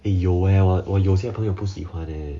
eh 有哦我我有些朋友不喜欢 leh